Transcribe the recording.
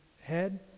head